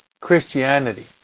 Christianity